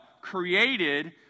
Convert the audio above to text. created